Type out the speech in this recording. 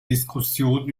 diskussionen